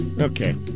Okay